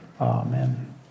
Amen